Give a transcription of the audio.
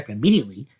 immediately